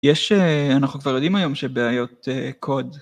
יש אה... אנחנו כבר יודעים היום שבעיות קוד.